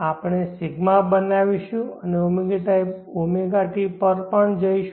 આપણે 𝜌 બનાવીશુ અને ɷt પર પણ જઈશું